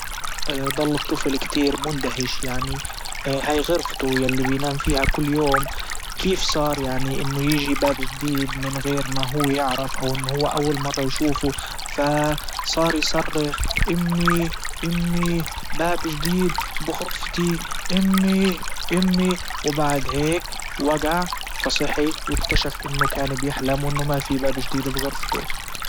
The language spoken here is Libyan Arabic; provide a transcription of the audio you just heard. ضل الطفل كتير مندهش يعني هاي غرفته يلي بنام فيها كل يوم كيف صار يعني انه يجي باب جديد من غير ما هو يعرف او انه هو اول مرة يشوفه فصار يصرخ امي امي باب جديد بغرفتي امي وبعد هيك وجع فصحي واكتشف انه كان بيحلم وانه ما في باب جديد في غرفته.